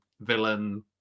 villain